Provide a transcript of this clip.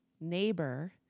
neighbor